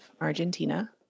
Argentina